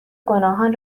گناهان